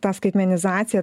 ta skaitmenizacija